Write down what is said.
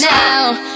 now